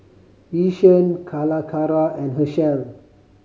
Yishion Calacara and Herschel